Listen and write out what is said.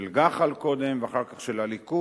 של גח"ל קודם, ואחר כך של הליכוד,